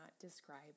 describe